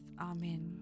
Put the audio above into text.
Amen